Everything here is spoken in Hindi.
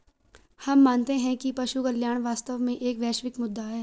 हम मानते हैं कि पशु कल्याण वास्तव में एक वैश्विक मुद्दा है